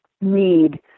need